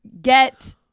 get